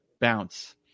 bounce